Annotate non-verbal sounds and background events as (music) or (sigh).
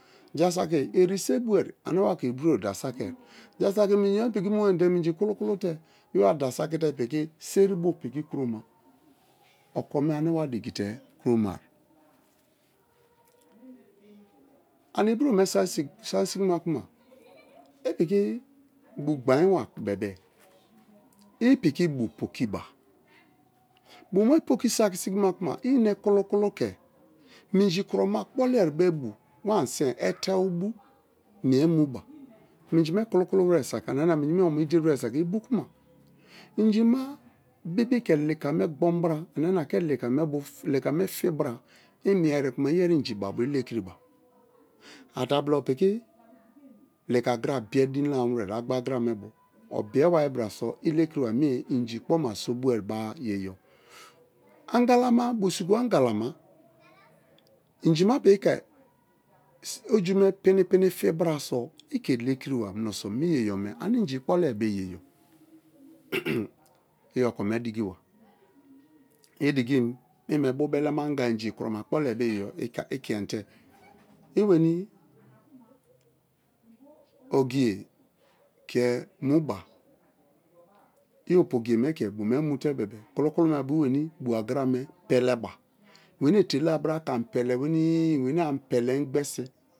Ja saki erese boe ane wa ke ibro da sakie, ja sakị minji me piki mu wenii minji kulu-kulu te̱ ye̱ wa dasaki te̱ piki seri bo̱ piki kroma okome me ane wa diki te kromai. ani ibro me saki sigi ma kuma i piki bu gbain bari bebe-e i piki bu pokiba, bu̱ me poki̱ saki̱ sigi ma kuma i̱ ine kulu-kulu ke̱ minji kroma kpolie be bu wa anisien etewo bu̱ mie mu ba, minji kulu-kulu were saki ania nia minji me omo̱ ideri were saki ibokuma minji̱ ma bebi̱ ke lika me gbon bara ania-nia ke lika me fi̱ bara i mie erikuma iyerinji babo ilekiriba. Atabila o piki lika agra biye din lamawere agba agra me̱ bo̱ obiye were bra so i lekiriba me̱ inji kpoma soboi̱ yeyo. Angala ma bu su wa angala ma inji ma piki ke oju ma pini-pini fi bara so ike lekiriba mineso me ye̱yo̱ me ane inji̱ kpolie be yeyo (noise) i̱ okome dikiwa i̱ dikim meme bubelema anga inji kroma kpolie be yeyo i kiente i̱ weni̱ ogiye ke̱ muba i̱ opu ogiye me ke bu me mu te bebe-e kulu me bo i weni bu̱ agara me̱ pe̱le̱ba weni etela-a bara ke ani pele we ni̱i̱ i̱ meni ani̱ pe̱le̱ engbese.